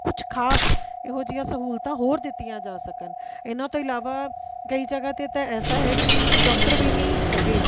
ਕੁਛ ਖਾਸ ਇਹੋ ਜਿਹੀਆਂ ਸਹੂਲਤਾਂ ਹੋਰ ਦਿੱਤੀਆਂ ਜਾ ਸਕਣ ਇਹਨਾਂ ਤੋਂ ਇਲਾਵਾ ਕਈ ਜਗ੍ਹਾ 'ਤੇ ਤਾਂ ਐਸਾ ਹੈ ਕਿ ਡਾਕਟਰ ਵੀ ਨਹੀਂ ਹੈਗੇ